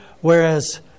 whereas